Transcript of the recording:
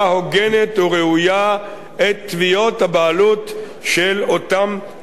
את תביעות הבעלות של אותם תובעים בדואים.